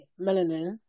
melanin